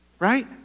Right